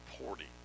reporting